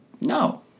no